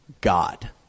God